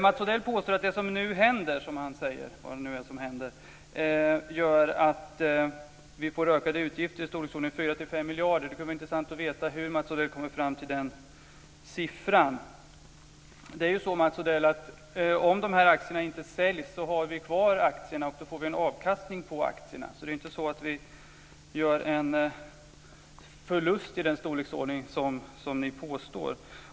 Mats Odell påstår att det som nu händer, som han säger - vad det nu är som händer - gör att vi får ökade utgifter i storleksordningen 4-5 miljarder. Det kunde vara intressant att veta hur Mats Odell kommer fram till den siffran. Om de här aktierna inte säljs, Mats Odell, har vi kvar aktierna. Då får vi en avkastning på aktierna. Det är inte så att vi gör en förlust i den storleksordning som ni påstår.